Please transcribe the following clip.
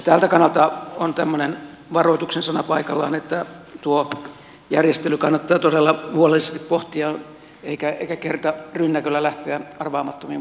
tältä kannalta on tämmöinen varoituksen sana paikallaan että tuo järjestely kannattaa todella huolellisesti pohtia eikä kertarynnäköllä lähteä arvaamattomia muutoksia tekemään